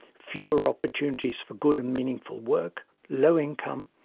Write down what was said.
fewer opportunities for good and meaningful work, low income,